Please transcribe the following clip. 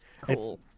cool